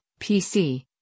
PC